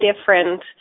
different